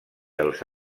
els